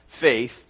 faith